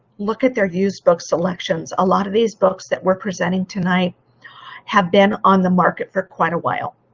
look at their used book selections. a lot of these books that were presented tonight have been on the market for quite a while.